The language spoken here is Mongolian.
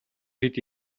хэд